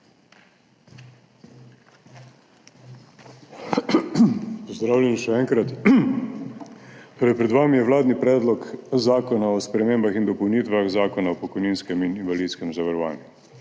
Pozdravljeni še enkrat! Pred vami je vladni predlog zakona o spremembah in dopolnitvah Zakona o pokojninskem in invalidskem zavarovanju.